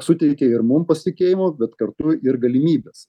suteikia ir mum pasitikėjimo bet kartu ir galimybes